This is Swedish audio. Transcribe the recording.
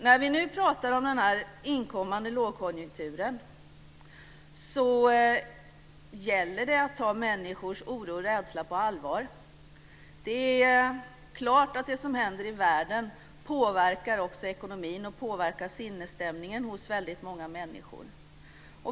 När vi nu pratar om den inkommande lågkonjunkturen gäller det att ta människors oro och rädsla på allvar. Det är klart att det som händer i världen också påverkar ekonomin och sinnesstämningen hos väldigt många människor.